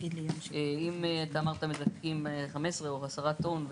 אם אתה אמרת שמזקקים 15-10 טון,